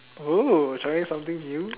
oh trying something new